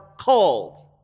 called